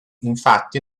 infatti